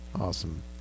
Awesome